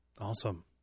Awesome